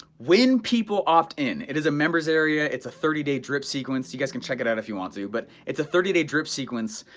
when people opt in, it is a members area, it's a thirty day drip sequence, you guys can check it out if you want to, but it's a thirty day drip sequence.